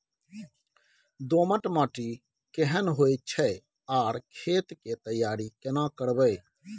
दोमट माटी केहन होय छै आर खेत के तैयारी केना करबै?